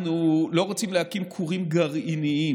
אנחנו לא רוצים להקים כורים גרעיניים,